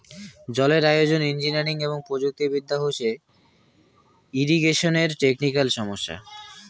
জলের আয়োজন, ইঞ্জিনিয়ারিং এবং প্রযুক্তি বিদ্যা হসে ইরিগেশনের টেকনিক্যাল সমস্যা